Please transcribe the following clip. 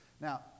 Now